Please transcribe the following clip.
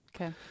Okay